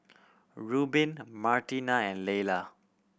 Rubin Martina and Laylah